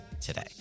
today